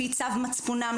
לפי צו מצפונם,